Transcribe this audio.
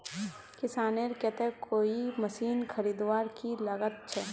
किसानेर केते कोई मशीन खरीदवार की लागत छे?